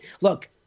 look